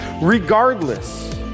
Regardless